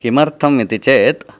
किमर्थम् इति चेत्